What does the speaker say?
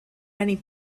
many